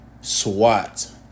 SWAT